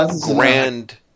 grand